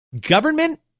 Government